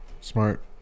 Smart